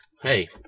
Hey